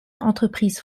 entreprise